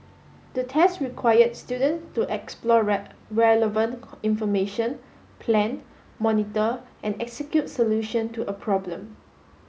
the test required student to explore relevant information plan monitor and execute solution to a problem